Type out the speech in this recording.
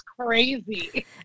crazy